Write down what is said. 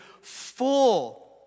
full